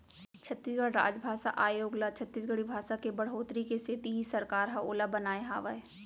छत्तीसगढ़ राजभासा आयोग ल छत्तीसगढ़ी भासा के बड़होत्तरी के सेती ही सरकार ह ओला बनाए हावय